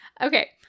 Okay